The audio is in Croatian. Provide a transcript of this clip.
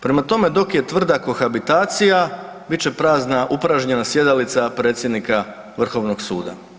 Prema tome, dok je tvrda kohabitacija bit će upražnjena sjedalica predsjednika Vrhovnoga suda.